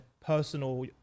personal